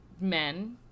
men